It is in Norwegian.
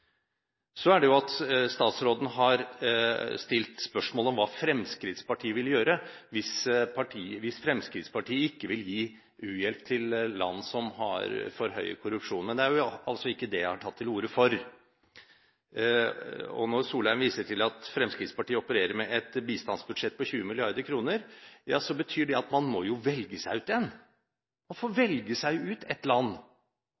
Så har statsråden stilt spørsmål om hva Fremskrittspartiet vil gjøre hvis Fremskrittspartiet ikke vil gi u-hjelp til land som har for høy korrupsjon. Men det er ikke det jeg har tatt til orde for. Når Solheim viser til at Fremskrittspartiet opererer med et bistandsbudsjett på 20 mrd. kr, betyr det at man må velge seg ut ett land som har den svarteste samvittigheten når det gjelder korrupsjon, holde det landet frem til skrekk og advarsel og frata dem budsjettstøtten. Man